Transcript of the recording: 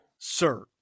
Sir